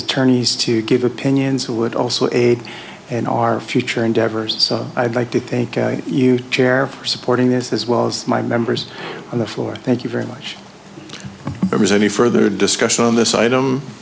attorneys to give opinions who would also aid and our future endeavors so i'd like to thank you chair for supporting this as well as my members on the floor thank you very much it was only further discussion on this item